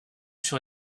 sur